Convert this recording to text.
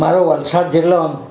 મારો વલસાડ જિલ્લો